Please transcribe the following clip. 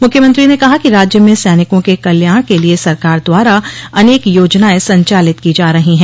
मुख्यमंत्री ने कहा कि राज्य में सैनिकों के कल्याण के लिए सरकार द्वारा अनेक योजनाएं संचालित की जा रही है